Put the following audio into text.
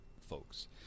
folks